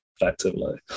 effectively